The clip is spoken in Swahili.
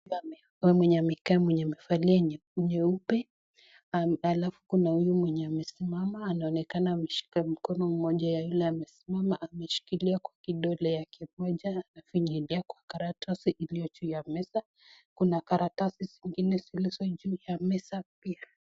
Mwanaume mwenye amekaa, mwenye amevalia nyeupe, alafu kuna huyu mwenye amesimama anaonekana ameshika mkono mmoja ya yule amesimama, ameshikilia kwa kidole yake moja, anafinyilia kwa karatasi iliyo juu ya meza. Kuna karatasi zingine zilizo juu ya meza pia.